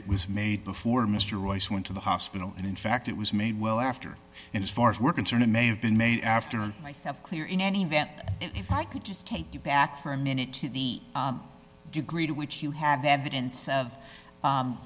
it was made before mr royce went to the hospital and in fact it was made well after and as far as we're concerned it may have been named after myself clear in any event if i could just take you back for a minute to the degree to which you have evidence of